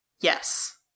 Yes